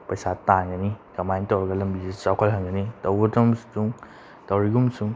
ꯄꯩꯁꯥ ꯇꯥꯟꯒꯅꯤ ꯀꯃꯥꯏꯅ ꯇꯧꯔꯒ ꯂꯝꯕꯤꯁꯦ ꯆꯥꯎꯈꯠꯍꯟꯒꯅꯤ ꯇꯧꯋꯤꯒꯨꯝꯕꯁꯨꯡ